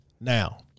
now